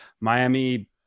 Miami